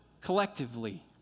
collectively